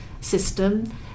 system